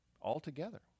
altogether